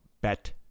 bet